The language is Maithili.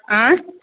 आँय